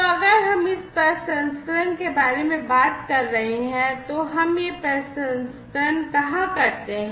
तो अगर हम इस प्रसंस्करण के बारे में बात कर रहे हैं तो हम यह प्रसंस्करण कहाँ करते हैं